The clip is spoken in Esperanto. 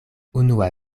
unua